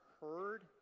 heard